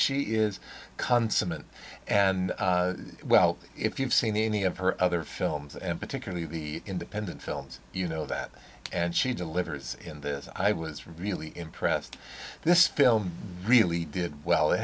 she is consummate and well if you've seen any of her other films and particularly the independent films you know that and she delivers in this i was really impressed this film really did well it